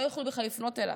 לא יוכלו בכלל לפנות אליו.